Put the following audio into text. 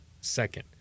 second